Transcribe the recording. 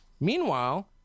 Meanwhile